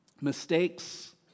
Mistakes